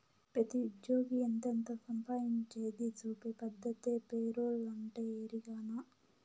పెతీ ఉజ్జ్యోగి ఎంతెంత సంపాయించేది సూపే పద్దతే పేరోలంటే, ఎరికనా